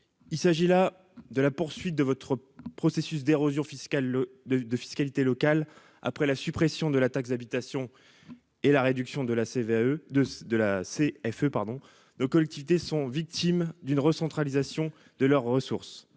il s'agit là de la poursuite de votre processus d'érosion fiscale le de de fiscalité locale après la suppression de la taxe d'habitation et la réduction de la CVAE de de la CFE-pardon de collectivités sont victimes d'une recentralisation de leurs ressources,